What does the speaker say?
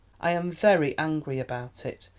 i am very angry about it.